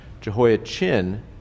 Jehoiachin